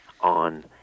on